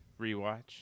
rewatch